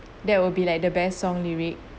that will be like the best song lyric